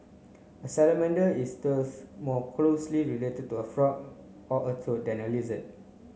a salamander is thus more closely related to a frog or a toad than a lizard